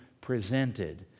presented